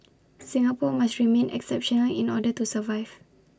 Singapore must remain exceptional in order to survive